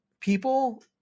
people